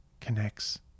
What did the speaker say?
connects